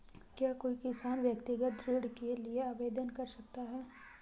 क्या कोई किसान व्यक्तिगत ऋण के लिए आवेदन कर सकता है?